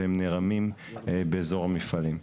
והם נערמים באזור המפעלים.